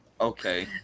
Okay